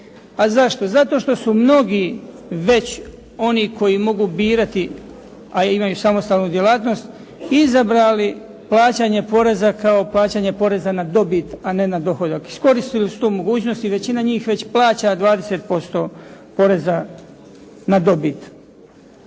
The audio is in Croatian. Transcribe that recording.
A zašto? Zato što su mnogi već oni koji mogu birati, a imaju samostalnu djelatnost, izabrali plaćanje poreza kao plaćanje poreza na dobit, a ne na dohodak. Iskoristili su tu mogućnost i većina njih već plaća 20% poreza na dobit.